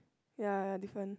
ya ya different